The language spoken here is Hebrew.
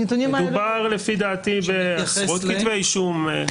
לפי דעתי מדובר על עשרות כתבי אישום.